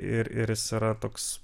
ir ir jis yra toks